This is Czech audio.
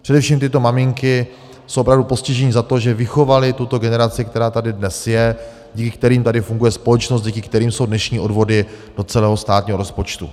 Především tyto maminky jsou opravdu postiženy za to, že vychovaly tuto generaci, která tady dnes je, díky kterým tady funguje společnost, díky kterým jsou dnešní odvody do celého státního rozpočtu.